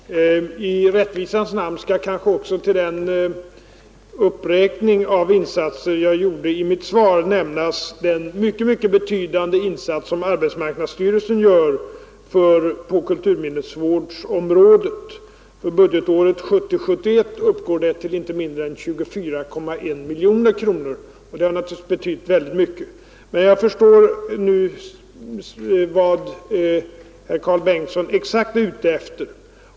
Herr talman! I rättvisans namn skall kanske till den uppräkning jag gjorde i mitt svar också läggas de insatser som arbetsmarknadsstyrelsen gör på kulturminnesvårdsområdet. För budgetåret 1970/71 uppgick beloppet till inte mindre än 24,1 miljoner kronor, och dessa insatser har naturligtvis betytt väldigt mycket. Jag förstår nu vad herr Karl Bengtsson särskilt är ute efter.